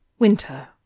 winter